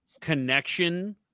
connection